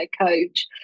coach